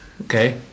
Okay